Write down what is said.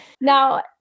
now